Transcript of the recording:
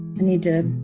need to,